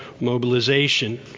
mobilization